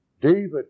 David